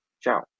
Ciao